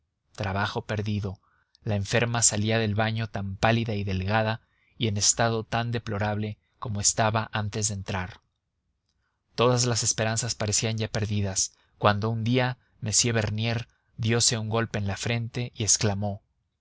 trabajo perdido la enferma salía del baño tan pálida y delgada y en estado tan deplorable como estaba antes de entrar todas las esperanzas parecían ya perdidas cuando un día m bernier diose un golpe en la frente y exclamó